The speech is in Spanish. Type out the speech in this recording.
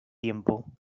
tiempo